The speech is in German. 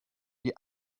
die